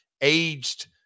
aged